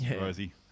Rosie